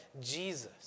Jesus